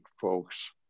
folks